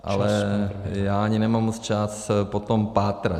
Ale já ani nemám moc čas po tom pátrat.